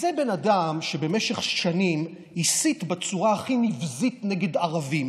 זה בן אדם שבמשך שנים הסית בצורה הכי נבזית נגד ערבים,